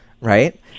right